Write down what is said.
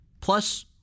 plus